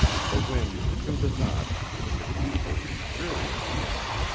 the wind through the notch took a deeper and drearier sound.